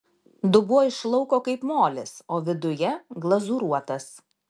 dubuo iš lauko kaip molis o viduje glazūruotas